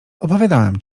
opowiadałam